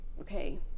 okay